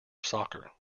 soccer